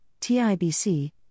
TIBC